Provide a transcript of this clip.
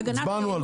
הצבנו על זה.